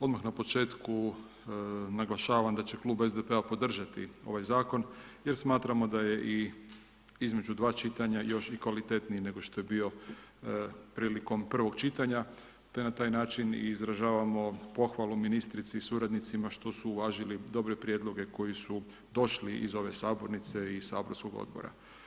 Odmah na početku naglašavam da će klub SDP-a podržati ovaj zakon jer smatramo da je i između dva čitanja još i kvalitetniji nego što je bio prilikom prvog čitanja te na taj način i izražavamo pohvalu ministrici i suradnicima što su uvažili dobre prijedloge koji su došli iz ove sabornice i saborskog odbora.